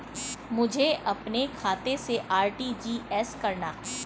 मुझे अपने खाते से आर.टी.जी.एस करना?